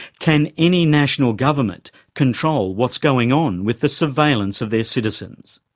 can any national government control what's going on with the surveillance of their citizens?